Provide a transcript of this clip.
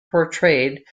portrayed